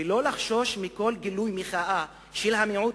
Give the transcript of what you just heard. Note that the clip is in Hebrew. ולא לחשוש מכל גילוי מחאה של המיעוט